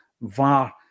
VAR